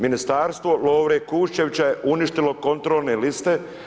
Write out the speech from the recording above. Ministarstvo Lovre Kuščevića je uništilo kontrolne liste.